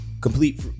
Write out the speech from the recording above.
complete